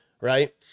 right